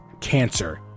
cancer